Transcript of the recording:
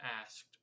asked